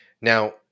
Now